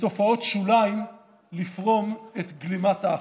לתופעות שוליים לפרום את גלימת האחדות.